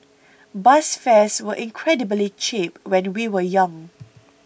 bus fares were incredibly cheap when we were young